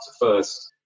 first